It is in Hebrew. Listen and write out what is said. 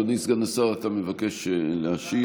אדוני סגן השר, אתה מבקש להשיב.